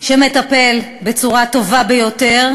שמטפל בצורה טובה ביותר,